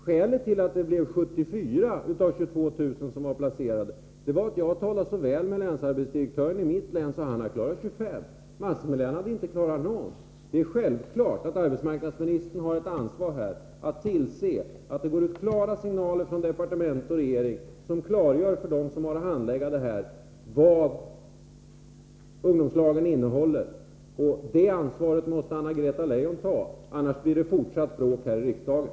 Skälet till att 74 av 22 000 blev placerade var att jag talade så väl med länsarbetsdirektören i mitt län att han klarade 25. Många län har inte klarat att placera någon. Det är självklart att arbetsmarknadsministern här har ett ansvar att tillse att det från departement och regering går ut tydliga signaler, som klargör för dem som har att handlägga dessa ärenden vad ungdomslagen innehåller. Det ansvaret måste Anna-Greta Leijon ta — annars blir det fortsatt bråk här i riksdagen.